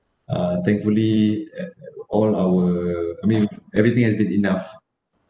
uh thankfully uh all our I mean everything has been enough